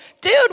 dude